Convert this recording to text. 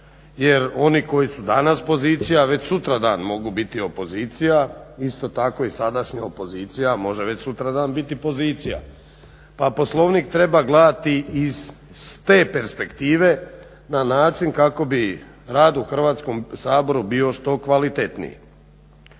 jer oni koji su danas pozicija već sutradan mogu biti opozicija, isto tako i sadašnja opozicija može već sutradan biti pozicija. Pa Poslovnik treba gledati i iz te perspektive na način kako bi rad u Hrvatskom saboru bio što kvalitetniji.